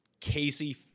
Casey